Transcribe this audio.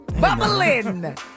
Bubbling